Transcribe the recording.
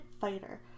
fighter